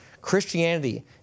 Christianity